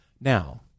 Now